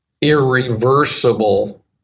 irreversible